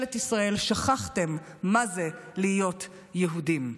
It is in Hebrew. ממשלת ישראל, שכחתם מה זה להיות יהודים.